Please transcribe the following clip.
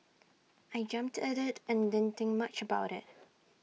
I jumped at IT and didn't think much about IT